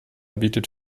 bietet